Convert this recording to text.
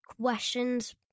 questions